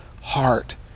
heart